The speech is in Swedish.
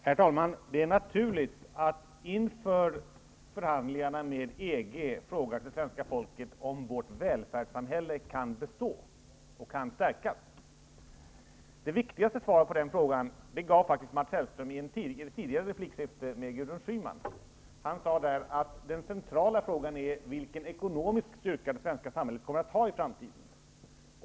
Herr talman! Det är naturligt att svenska folket inför förhandlingarna med EG frågar sig om vårt välfärdssamhälle kan bestå och stärkas. Det viktigaste svaret på den frågan gav faktiskt Mats Schyman. Han sade att den centrala frågan är vilken ekonomisk styrka det svenska samhället kommer att ha i framtiden.